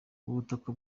ubutaka